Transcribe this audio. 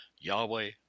Yahweh